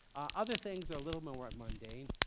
other things are a little more mundane.